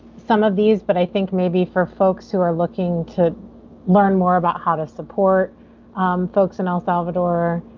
some of these, but i think maybe for folks who are looking to learn more about how to support um folks in el salvador,